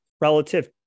relative